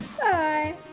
bye